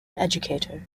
educator